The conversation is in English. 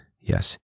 Yes